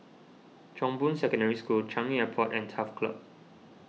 Chong Boon Secondary School Changi Airport and Turf Club